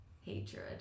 Hatred